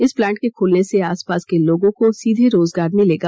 इस प्लांट के खुलने से आसपास के लोगों को सीधे रोजगार मिलेगा